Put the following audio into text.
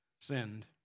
sinned